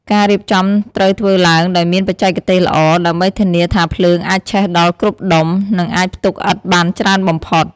ការរៀបចំត្រូវធ្វើឡើងដោយមានបច្ចេកទេសល្អ ដើម្បីធានាថាភ្លើងអាចឆេះដល់គ្រប់ដុំ និងអាចផ្ទុកឥដ្ឋបានច្រើនបំផុត។